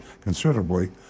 considerably